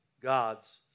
God's